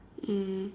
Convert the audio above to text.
mm